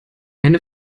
eine